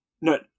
no